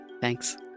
Thanks